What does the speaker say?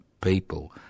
people